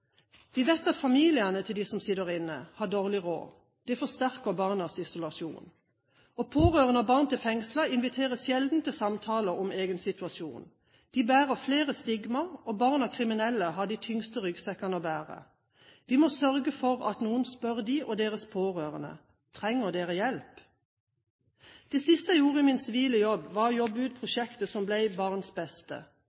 Vi vet at familiene til dem som sitter inne, har dårlig råd. Det forsterker barnas isolasjon. Pårørende og barn til fengslede inviteres sjelden til samtaler om egen situasjon. De bærer flere stigma, og barn av kriminelle har de tyngste ryggsekkene å bære. Vi må sørge for at noen spør dem og deres pårørende: Trenger dere hjelp? Det siste jeg gjorde i min sivile jobb var å arbeide ut